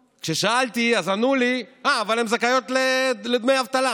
כששאלתי, ענו לי: אבל הן זכאיות לדמי אבטלה.